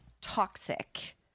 toxic